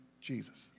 Jesus